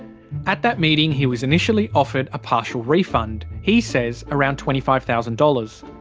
at that meeting he was initially offered a partial refund he says around twenty five thousand dollars.